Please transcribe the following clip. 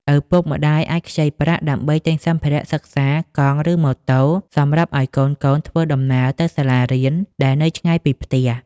ឪពុកម្ដាយអាចខ្ចីប្រាក់ដើម្បីទិញសម្ភារៈសិក្សា កង់ ឬម៉ូតូ សម្រាប់ឱ្យកូនៗធ្វើដំណើរទៅសាលារៀនដែលនៅឆ្ងាយពីផ្ទះ។